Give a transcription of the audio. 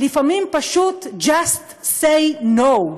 לפעמים פשוט just say no,